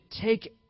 take